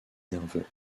nerveux